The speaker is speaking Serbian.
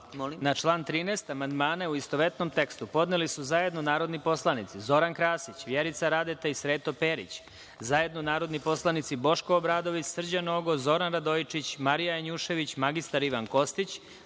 član 13. amandmane u istovetnom tekstu podneli su zajedno narodni poslanici Zoran Krasić, Vjerica Radeta i Sreto Perić, zajedno narodni poslanici Boško Obradović, Srđan Nogo, Zoran Radojičić, Marija Janjušević, mr Ivan Kostić,